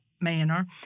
manner